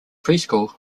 preschool